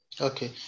Okay